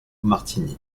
martini